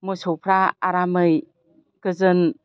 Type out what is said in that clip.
मोसौफ्रा आरामै गोजोन